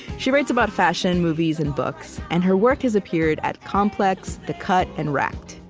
she writes about fashion, movies, and books, and her work has appeared at complex, the cut, and racked.